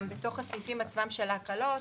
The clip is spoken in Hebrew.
גם בתוך הסעיפים של ההקלות